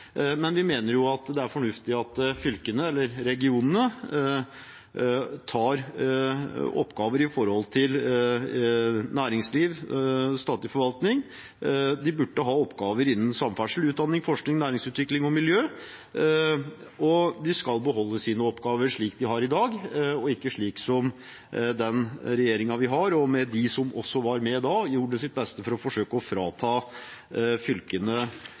er fornuftig at regionene tar oppgaver med tanke på næringsliv og statlig forvaltning. De burde ha oppgaver innen samferdsel, utdanning, forskning, næringsutvikling og miljø. Og de skal beholde sine oppgaver slik de er i dag, og ikke slik som den regjeringen vi har – og med dem som også var med da – som gjorde sitt beste for å forsøke å frata fylkene